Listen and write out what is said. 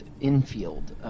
infield